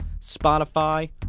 Spotify